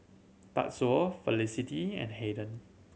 Tatsuo Felicity and Haden